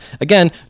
Again